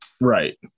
Right